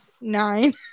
nine